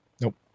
Nope